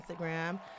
Instagram